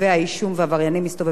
והעבריינים מסתובבים חופשי.